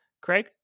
Craig